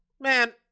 man